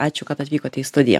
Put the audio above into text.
ačiū kad atvykote į studiją